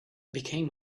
became